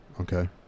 Okay